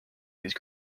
these